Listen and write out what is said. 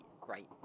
great